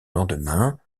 lendemain